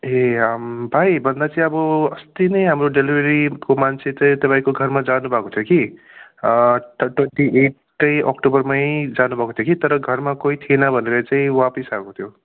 ए भाइ भन्दा चाहिँ अब अस्ति नै हाम्रो डेलिभरीको मान्छे चाहिँ तपाईँको घरमा जानु भएको थियो कि तर ट्वेन्टी एट त्यही अक्टोबरमै जानु भएको थियो कि तर घरमा कोही थिएन भनेर चाहिँ वापस आएको थियो